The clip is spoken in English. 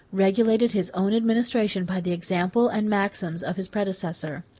regulated his own administration by the example and maxims of his predecessor.